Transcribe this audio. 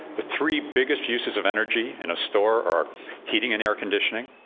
the three biggest uses of energy in a store are heating and air conditioning,